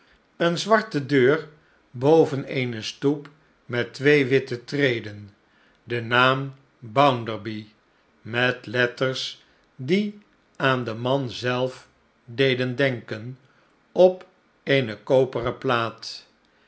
eene zwarte deur boven eene stoep met twee witte treden den naam bounderby met letters die aan den man zelf deden denken op eene koperen plaat